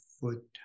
foot